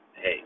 hey